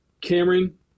Cameron